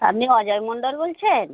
আপনি অজয় মণ্ডল বলছেন